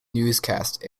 newscast